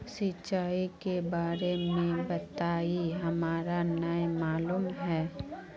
सिंचाई के बारे में बताई हमरा नय मालूम है?